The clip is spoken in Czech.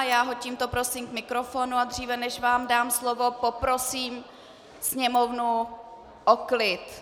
Já ho tímto prosím k mikrofonu, a dříve než vám dám slovo, poprosím sněmovnu o klid.